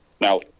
Now